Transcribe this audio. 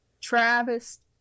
Travis